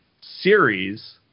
series